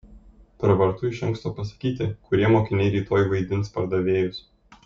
pravartu iš anksto pasakyti kurie mokiniai rytoj vaidins pardavėjus